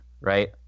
right